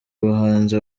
abahanzi